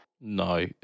No